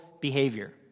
behavior